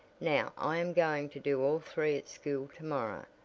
now i am going to do all three at school to-morrow,